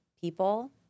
people